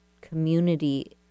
community